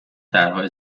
طرحهای